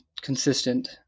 consistent